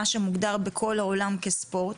מה שמוגדר בכל העולם כספורט.